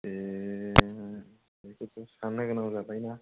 ए बेखौथ' साननो गोनां जाबायना